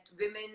women